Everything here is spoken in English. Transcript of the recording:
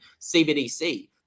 CBDC